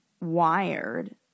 wired